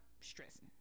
stressing